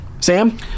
Sam